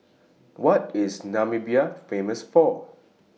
What IS Namibia Famous For